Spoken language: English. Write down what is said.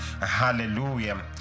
hallelujah